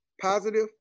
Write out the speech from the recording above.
positive